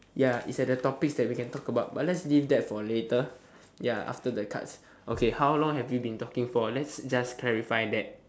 ya it's at the topic that we can talk about but let's leave that for later ya after the cards okay how long have we been talking for let's just clarify that